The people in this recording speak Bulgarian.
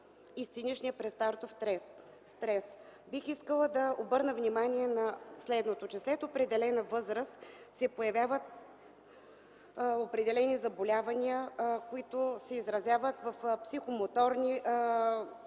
сценичния предстартов стрес. Бих искала на обърна внимание на следното. След определена възраст се появяват определени заболявания, които се изразяват в психомоторни възможности